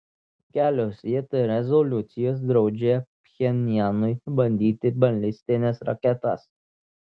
kelios jt rezoliucijos draudžia pchenjanui bandyti balistines raketas